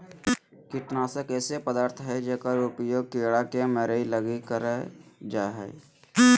कीटनाशक ऐसे पदार्थ हइंय जेकर उपयोग कीड़ा के मरैय लगी करल जा हइ